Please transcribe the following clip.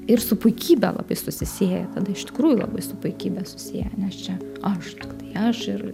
ir su puikybe labai susisieja tada iš tikrųjų labai su puikybe susieja nes čia aš tiktai aš ir